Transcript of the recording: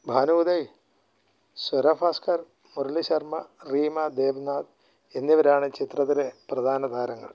ഭാനു ഉദയ് സ്വര ഭാസ്കർ മുരളി ശർമ റീമ ദേബ്നാഥ് എന്നിവരാണ് ചിത്രത്തിലെ പ്രധാന താരങ്ങൾ